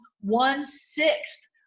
one-sixth